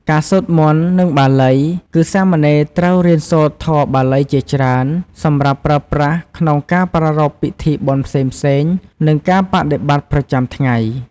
ការសូត្រមន្ត និងបាលី គឺសាមណេរត្រូវរៀនសូត្រធម៌បាលីជាច្រើន សម្រាប់ប្រើប្រាស់ក្នុងការប្រារព្ធពិធីបុណ្យផ្សេងៗ និងការបដិបត្តិប្រចាំថ្ងៃ។